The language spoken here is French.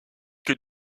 que